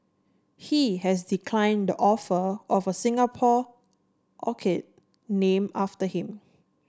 he has declined the offer of a Singapore orchid named after him